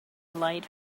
light